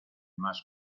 más